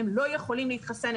הם לא יכולים להתחסן,